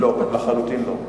לא, לחלוטין לא.